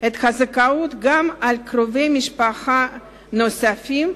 את הזכאות גם לקרובי משפחה נוספים,